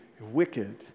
wicked